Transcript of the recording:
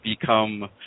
become